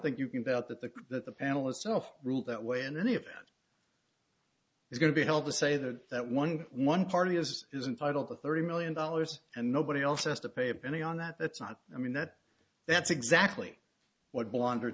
think you can doubt that the that the panelist self rule that way in any event it's going to be held to say that that one one party is is entitle to thirty million dollars and nobody else has to pay a penny on that that's not i mean that that's exactly what blonde